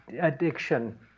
addiction